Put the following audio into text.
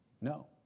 no